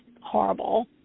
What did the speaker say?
horrible